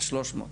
ל-300,